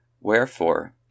Wherefore